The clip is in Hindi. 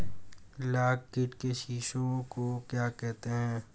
लाख कीट के शिशु को क्या कहते हैं?